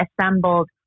assembled